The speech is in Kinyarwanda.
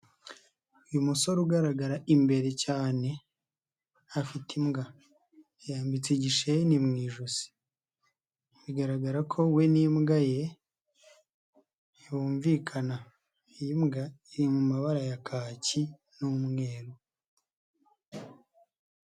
Uyu musore ugaragara imbere cyane, afite imbwa yayambitse igisheni mu ijosi, bigaragara ko we n'imbwa ye bumvikana. Iyi mbwa iri mu mabara ya kaki n'umweru.